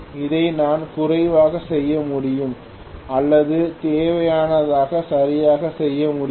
அதை நான் குறைவாக செய்ய முடியும் அல்லது தேவையானதை சரியாக செய்ய முடியும்